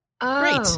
great